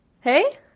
Hey